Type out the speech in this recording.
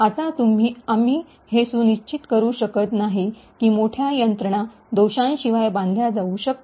आता आम्ही हे सुनिश्चित करू शकत नाही की मोठ्या यंत्रणा दोषांशिवाय बांधल्या जाऊ शकतात